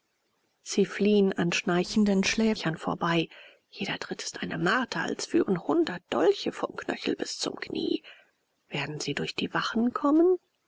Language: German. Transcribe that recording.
sie fliehen an schnarchenden schläfern vorbei jeder tritt ist eine marter als führen hundert dolche vom knöchel bis zum knie werden sie durch die wachen kommen